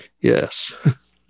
Yes